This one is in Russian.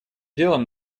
делом